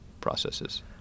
processes